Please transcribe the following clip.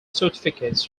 certificates